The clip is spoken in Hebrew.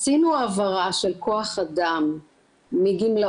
קיבלנו הרבה פניות בעניין ואני מניח שגם החברים